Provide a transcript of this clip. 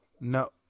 No